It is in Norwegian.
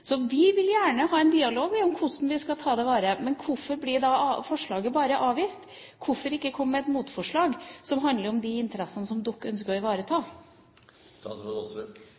Vi vil gjerne ha en dialog om hvordan vi skal ta det i vare, men hvorfor blir da forslaget bare avvist? Hvorfor ikke komme med et motforslag som handler om de interessene som man ønsker å ivareta?